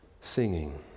singing